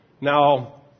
Now